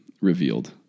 revealed